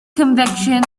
conviction